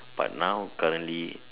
but now currently